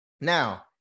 Now